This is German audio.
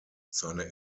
seine